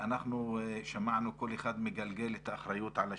אנחנו שמענו כל אחד מגלגל את האחריות על השני,